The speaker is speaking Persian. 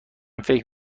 فکر